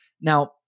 Now